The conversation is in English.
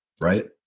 Right